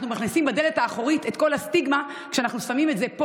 אנחנו מכניסים בדלת האחורית את כל הסטיגמה כשאנחנו שמים את זה,